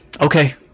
okay